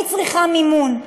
אני צריכה מימון,